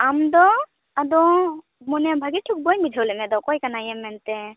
ᱟᱢᱫᱚ ᱟᱫᱚ ᱢᱚᱱᱮ ᱵᱷᱟᱹᱜᱮ ᱴᱷᱤᱠ ᱵᱟᱹᱧ ᱵᱩᱡᱷᱟᱹᱣ ᱞᱮᱫ ᱢᱮᱫᱚ ᱚᱠᱚᱭ ᱠᱟᱱᱟᱢ ᱢᱮᱱᱛᱮ